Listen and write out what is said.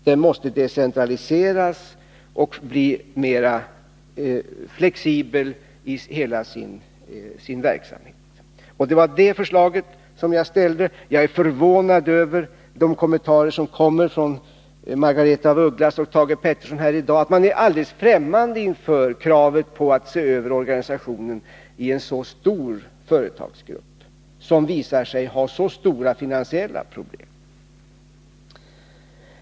Den måste därför decentraliseras, och hela verksamheten måste bli mera flexibel. Detta var det förslag som jag ställde. Jag är förvånad över kommentarerna från Margaretha af Ugglas och Thage Peterson här i dag. De är alldeles främmande för kravet på översyn av organisationen i en så stor företagsgrupp som visar sig ha så stora finansiella problem.